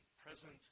present